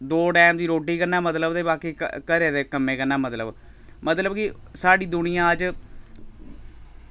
दो टैम दी रुट्टी कन्नै मतलब ते बाकी घरै दे कम्मै कन्नै मतलब मतलब कि साढ़ी दुनिया अज्ज